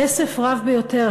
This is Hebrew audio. כסף רב ביותר.